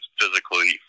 physically